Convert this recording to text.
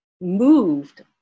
moved